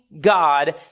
God